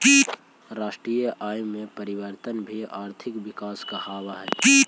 राष्ट्रीय आय में परिवर्तन भी आर्थिक विकास कहलावऽ हइ